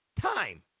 Time